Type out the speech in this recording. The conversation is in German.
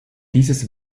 dieses